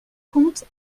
compte